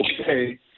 okay